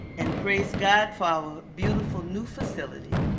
and praise god for our beautiful new facility,